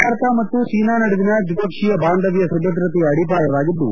ಭಾರತ ಮತ್ತು ಚೀನಾ ನಡುವಿನ ದ್ವಿಪಕ್ಷೀಯ ಬಾಂಧವ್ಯ ಸುಭದ್ರತೆಯ ಅಡಿಪಾಯವಾಗಿದ್ದು